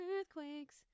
earthquakes